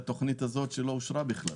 לתוכנית הזאת שלא אושרה בכלל.